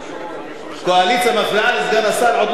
קואליציה מפריעה לסגן השר, עוד לא ראיתי דבר כזה.